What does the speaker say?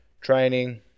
training